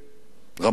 רמטכ"ל,